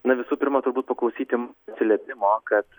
na visų pirma turbūt paklausykim atsilėpimo kad